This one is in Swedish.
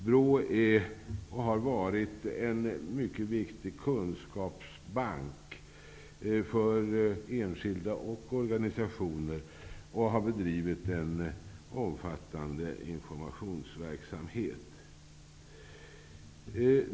BRÅ är och har varit en mycket viktig kunskapsbank för enskilda och organisationer och har bedrivit en omfattande informationsverksamhet.